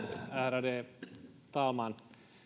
ärade talman